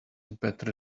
better